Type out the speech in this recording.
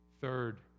Third